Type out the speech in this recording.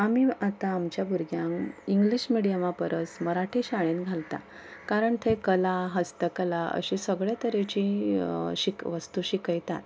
आमी आतां आमच्या भुरग्यांक इंग्लीश मिडियमा परस मराठी शाळेन घालता कारण थंय कला हस्तकला अशे सगळे तरेची वस्तू शिकयतात